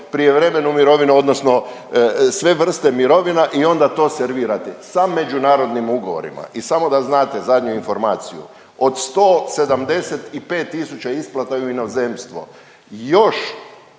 prijevremenu mirovinu odnosno sve vrste mirovina i onda to servirate sa međunarodnim ugovorima. I samo da znate zadnju informaciju. Od 175000 isplata i u inozemstvo još